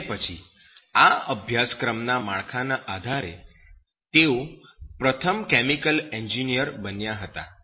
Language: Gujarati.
અને પછી આ અભ્યાસક્રમના માળખાના આધારે તેઓ પ્રથમ કેમિકલ એન્જિનિયર બન્યા હતા